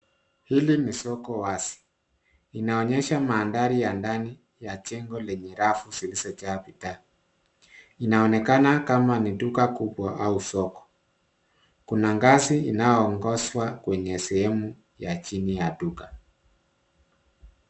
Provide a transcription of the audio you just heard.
Hili ni soko wazi. Linaonyesha mandhari ya ndani ya jengo lenye rafu zilizojaa vitabu. Inaonekana kama ni duka kubwa au soko. Kuna ngazi inayoongozwa kwenye sehemu ya chini ya duka.